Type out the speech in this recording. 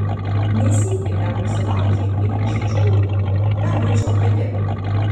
ne sykį dar nusilaužei rykštę iš krūmų dar mačiau pati